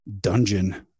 dungeon